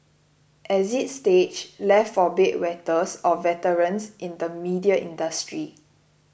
exit stage left for bed wetters or veterans in the media industry